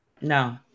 No